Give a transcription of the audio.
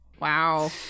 Wow